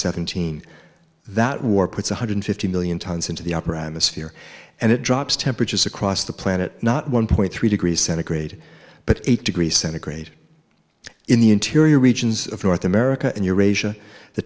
seventeen that war puts one hundred fifty million tonnes into the upper atmosphere and it drops temperatures across the planet not one point three degrees centigrade but eight degrees centigrade in the interior regions of north america and you're asia the